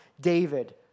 David